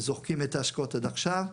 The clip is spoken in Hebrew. זורקים את ההשקעות עד עכשיו.